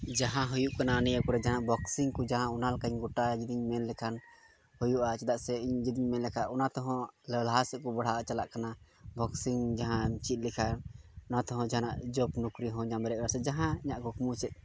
ᱡᱟᱦᱟᱸ ᱦᱩᱭᱩᱜ ᱠᱟᱱᱟ ᱱᱤᱭᱟᱹ ᱠᱚᱨᱮ ᱡᱟᱦᱟᱸ ᱵᱚᱠᱥᱤᱝ ᱠᱚ ᱡᱟᱦᱟᱸ ᱚᱱᱟ ᱞᱮᱠᱟᱧ ᱜᱚᱴᱟᱭᱟ ᱡᱩᱫᱤᱧ ᱢᱮᱱ ᱞᱮᱠᱷᱟᱱ ᱦᱩᱭᱩᱜᱼᱟ ᱪᱮᱫᱟᱜ ᱥᱮ ᱤᱧ ᱡᱩᱫᱤᱧ ᱢᱮᱱ ᱞᱮᱠᱷᱟᱱ ᱚᱱᱟ ᱛᱮᱦᱚᱸ ᱞᱟᱦᱟ ᱥᱮᱫ ᱠᱚ ᱵᱟᱲᱦᱟᱣ ᱪᱟᱞᱟᱜ ᱠᱟᱱᱟ ᱵᱚᱠᱥᱤᱝ ᱡᱟᱦᱟᱸ ᱟᱢ ᱪᱮᱫ ᱞᱮᱠᱷᱟᱡ ᱱᱚᱣᱟ ᱛᱮᱦᱚᱸ ᱡᱟᱦᱟᱱᱟᱜ ᱡᱚᱵᱽ ᱱᱚᱠᱨᱤ ᱦᱚᱸ ᱧᱟᱢ ᱫᱟᱲᱮᱭᱟᱜᱼᱟ ᱥᱮ ᱡᱟᱦᱟᱸ ᱤᱧᱟᱹᱜ ᱠᱩᱠᱢᱩ ᱥᱮ